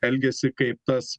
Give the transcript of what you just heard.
elgiasi kaip tas